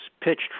pitched